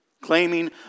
Claiming